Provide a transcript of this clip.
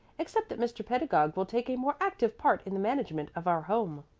except that mr. pedagog will take a more active part in the management of our home.